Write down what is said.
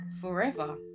forever